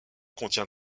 contient